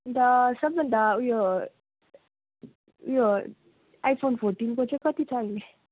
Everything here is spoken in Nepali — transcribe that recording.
अन्त सबभन्दा उयो उयो आइफोन फोर्टिनको चाहिँ कति छ अहिले